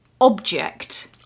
object